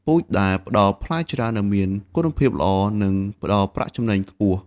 ពូជដែលផ្តល់ផ្លែច្រើននិងមានគុណភាពល្អ នឹងផ្ដល់ប្រាក់ចំណេញខ្ពស់។